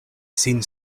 sin